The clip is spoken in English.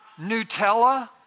Nutella